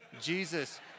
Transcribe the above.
Jesus